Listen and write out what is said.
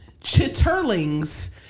Chitterlings